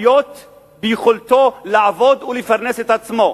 יכולתו לעבוד ולפרנס את עצמו,